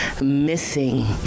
missing